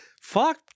Fuck